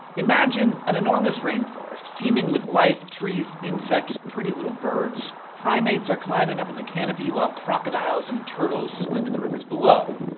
imagine an enormous rainforest teeming with life trees, insects, pretty little birds. primates are climbing in the canopy, while crocodiles and turtles swim in the rivers below.